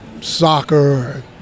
soccer